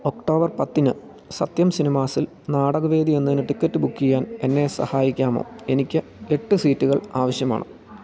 October പത്തിന് സത്യം സിനിമാസിൽ നാടക വേദിയെന്നതിന് ടിക്കറ്റ് ബുക്ക് ചെയ്യാൻ എന്നെ സഹായിക്കാമോ എനിക്ക് എട്ട് സീറ്റുകൾ ആവശ്യമാണ്